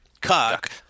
cock